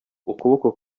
ukuboko